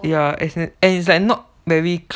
and it's like not very